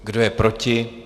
Kdo je proti?